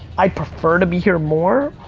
i'd prefer to be here more.